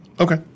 Okay